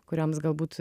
kurioms galbūt